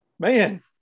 man